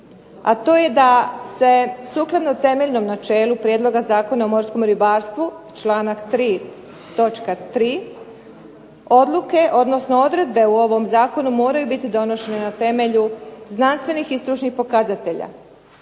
a to je da se sukladno temeljnom načelu prijedloga Zakona o morskom ribarstvu čl. 3. točka 3. odluke, odnosno odredbe u ovom zakonu moraju biti donošene na temelju znanstvenih i stručnih pokazatelja.